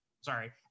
Sorry